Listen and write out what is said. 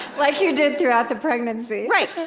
like you did throughout the pregnancy right,